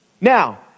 now